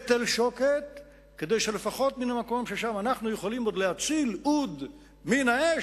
בתל-שוקת כדי שלפחות מהמקום ששם אנחנו יכולים עוד להציל אוד מן האש,